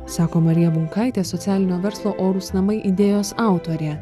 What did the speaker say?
sako marija bunkaitė socialinio verslo orūs namai idėjos autorė